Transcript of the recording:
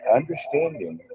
understanding